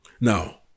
now